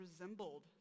resembled